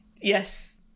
Yes